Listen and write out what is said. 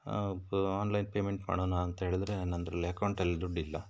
online payment ಮಾಡೋಣ ಅಂತೇಳಿದ್ರೆ ನಂದ್ರಲ್ಲಿ ಅಕೌಂಟಲ್ಲಿ ದುಡ್ಡಿಲ್ಲ